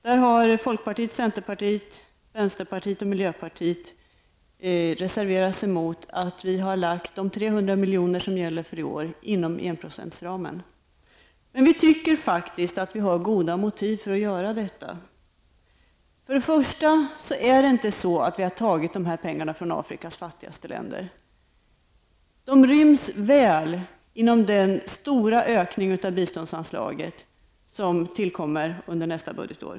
Där har folkpartiet, centerpartiet, vänsterpartiet och miljöpartiet reserverat sig emot att vi har lagt de 300 milj.kr. i bistånd för i år inom enprocentsramen. Vi tycker faktiskt att vi har goda motiv för att göra detta. Vi har inte tagit de här pengarna från Afrikas fattigaste länder. De ryms väl inom den stora ökning av biståndsanslaget som tillkommer under nästa budgetår.